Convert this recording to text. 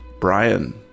Brian